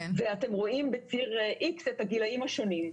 אתם רואים בציר X את הגילים השונים,